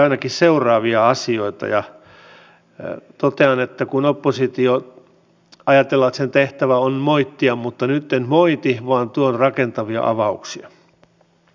muutaman vuoden olen vanhusten sairaanhoitajana ja myös osastonhoitajana työskennellyt ja suurin ongelma minulla oli se että en meinannut saada koulutettua henkilökuntaa sairaanhoitajia töihin